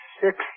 six